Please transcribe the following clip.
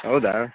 ಹೌದಾ